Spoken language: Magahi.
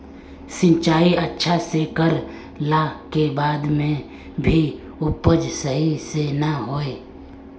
सिंचाई अच्छा से कर ला के बाद में भी उपज सही से ना होय?